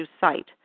site